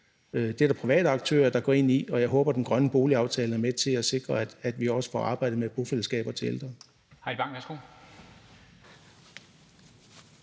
Det er der private aktører der går ind i, og jeg håber, den grønne boligaftale er med til at sikre, at vi også får arbejdet med bofællesskaber til ældre.